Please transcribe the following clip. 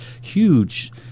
huge